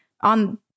on